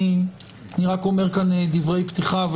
אני רק אומר כאן דברי פתיחה.